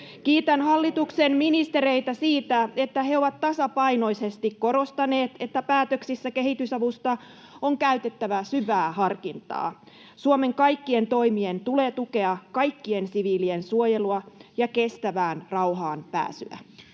Kiitän hallituksen ministereitä siitä, että he ovat tasapainoisesti korostaneet, että päätöksissä kehitysavusta on käytettävä syvää harkintaa. Suomen kaikkien toimien tulee tukea kaikkien siviilien suojelua ja kestävään rauhaan pääsyä.